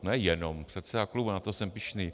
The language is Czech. Ne jenom předseda klubu, na to jsem pyšný.